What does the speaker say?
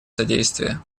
содействие